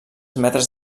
metres